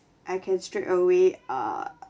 I can straight away err